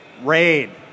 Raid